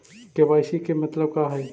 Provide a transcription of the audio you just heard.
KYC के मतलब का हई?